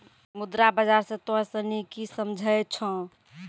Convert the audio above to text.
मुद्रा बाजार से तोंय सनि की समझै छौं?